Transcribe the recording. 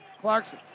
Clarkson